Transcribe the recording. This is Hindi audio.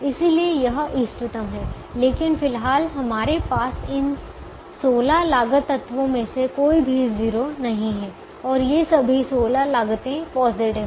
इसलिए यह इष्टतम है लेकिन फिलहाल हमारे पास इन 16 लागत तत्वों में से कोई भी 0 नहीं है और ये सभी 16 लागतें पॉजिटिव हैं